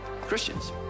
Christians